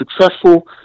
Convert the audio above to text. successful